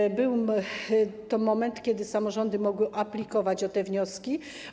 I był to moment, kiedy samorządy mogły aplikować o te wnioski.